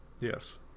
yes